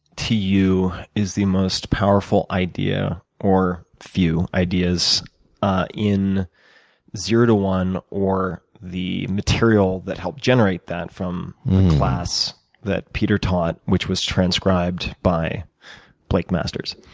to you, is the most powerful idea or few ideas in zero to one or the material that helped generate that from the class that peter taught, which was transcribed by blake masters?